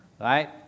right